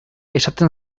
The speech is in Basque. esaten